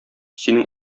синең